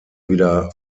wieder